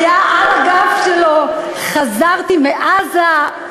היה על הגב שלו: "חזרתי מעזה".